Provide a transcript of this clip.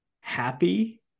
happy